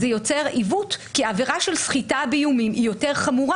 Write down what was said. זה יוצר עיוות כי העבירה של סחיטה באיומים היא יותר חמורה.